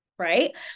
Right